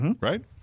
Right